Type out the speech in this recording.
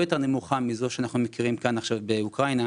יותר נמוכה מזו שאנחנו מכירים כאן עכשיו באוקראינה,